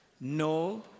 No